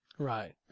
Right